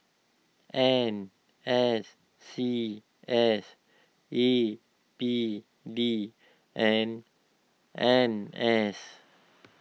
N S C S A P D and N S